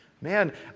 Man